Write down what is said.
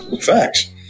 facts